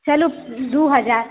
चलू दू हजार